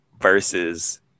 versus